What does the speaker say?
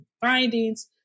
findings